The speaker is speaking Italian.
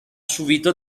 subito